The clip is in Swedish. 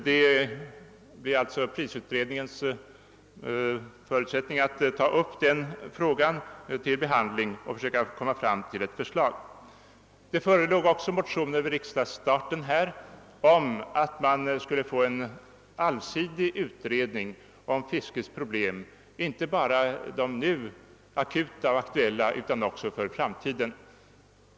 Det blir alltså fiskprisutredningens sak att ta upp denna fråga till behandling och försöka komma fram till ett förslag. Vid riksdagens början förelåg också motioner om en allsidig utredning om fiskets problem, inte bara de nu aktuella utan även framtidens.